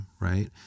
right